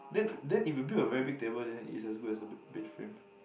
then then if you build a very big table then it's as good as a bed bed frame